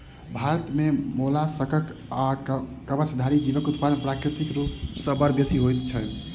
भारत मे मोलास्कक वा कवचधारी जीवक उत्पादन प्राकृतिक रूप सॅ बड़ बेसि होइत छै